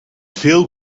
veel